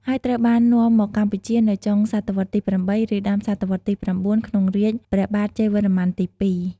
ហើយត្រូវបាននាំមកកម្ពុជានៅចុងសតវត្សទី៨ ឬដើមសតវត្សទី៩ ក្នុងរាជព្រះបាទជ័យវរ្ម័នទី២។